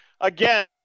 again